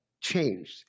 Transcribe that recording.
changed